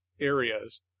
areas